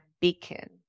beacon